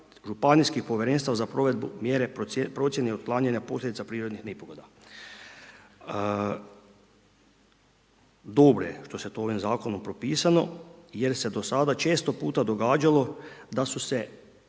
županijskih povjerenstva za provedbu mjere procjeni otklanjanja posljedica prirodnih nepogoda. Dobro je što se to ovim zakonom propisalo jer se do sada često puta događalo da su